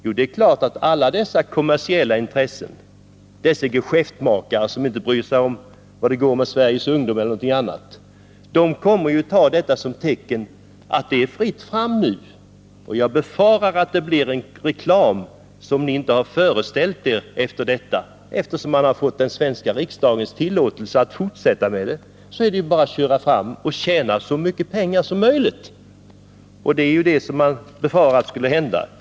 Jo, det är klart att alla dessa kommersiella intressen, dessa geschäftmakare som inte bryr sig om hur det går med Sveriges ungdom — kommer att ta detta som ett tecken på att det är fritt fram för dem nu. Jag befarar att det efter detta beslut blir en reklam för snabbvinsatserna som ni inte har kunnat föreställa er. Eftersom man har fått den svenska riksdagens tillåtelse att fortsätta med snabbvinsatserna är det ju bara att köra fram och fortsätta att tjäna så mycket pengar som möjligt. Det är det som jag befarar kan hända.